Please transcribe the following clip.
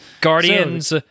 Guardians